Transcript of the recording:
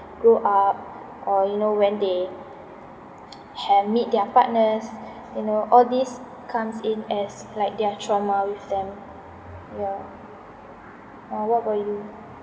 grow up or you know when they have meet their partners you know all these comes in as like their trauma with them ya what about you